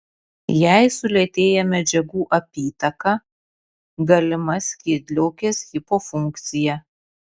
jei sulėtėja medžiagų apytaka galima skydliaukės hipofunkcija